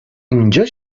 اینجا